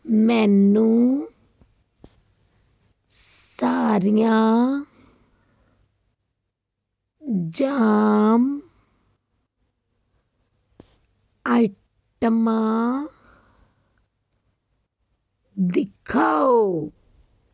ਮੈਨੂੰ ਸਾਰੀਆਂ ਜਾਮ ਆਈਟਮਾਂ ਦਿਖਾਓ